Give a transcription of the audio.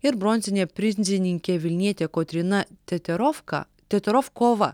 ir bronzinė prizininkė vilnietė kotryna teterofka teterofkova